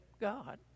God